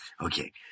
Okay